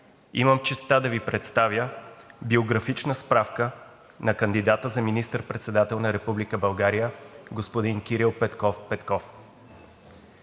имам честта да Ви представя биографична справка на кандидата за министър-председател на Република България господин Кирил Петков Петков.